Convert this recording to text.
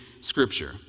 scripture